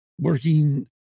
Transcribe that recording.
working